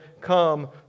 come